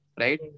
Right